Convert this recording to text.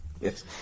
Yes